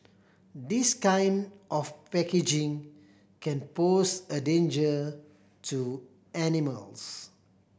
this kind of packaging can pose a danger to animals